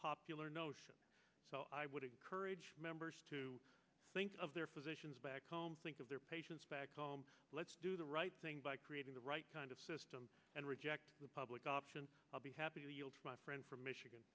popular notion so i would encourage members to think of their physicians back home think of their patients let's do the right thing by creating the right kind of system and reject the public option i'll be happy my friend from michigan